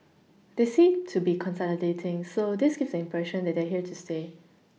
they seem to be consolidating so this gives the impression that they are here to stay